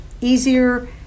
easier